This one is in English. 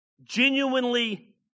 Genuinely